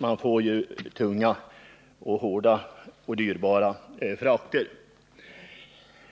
Man får ju tunga, hårda transporter och dyrbara frakter.